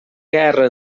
guerra